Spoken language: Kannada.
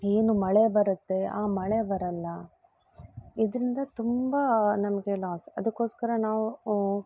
ಏನು ಮಳೆ ಬರುತ್ತೆ ಆ ಮಳೆ ಬರಲ್ಲ ಇದರಿಂದ ತುಂಬ ನಮ್ಗೆ ಲಾಸ್ ಅದಕ್ಕೋಸ್ಕರ ನಾವು